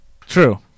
True